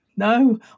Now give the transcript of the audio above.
No